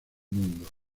mundo